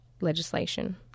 legislation